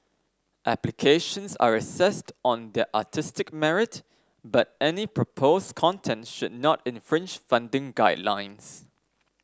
applications are assessed on their artistic merit but any proposed content should not infringe funding guidelines